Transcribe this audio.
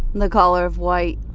the color of white.